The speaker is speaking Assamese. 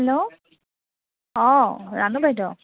হেল্ল' অঁ ৰাণু বাইদেউ